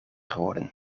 geworden